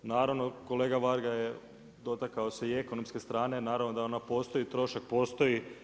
Naravno, kolega Varga dotakao se i ekonomske strane, naravno da ona postoji, trošak postoji.